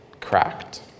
cracked